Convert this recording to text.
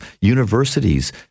universities